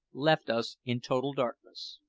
left us in total darkness.